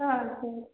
ಹಾಂ ಸರಿ